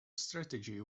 strategy